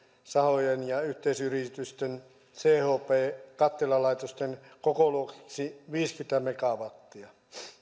sahojen ja yhteisyritysten chp kattilalaitosten kokoluokiksi viisikymmentä megawattia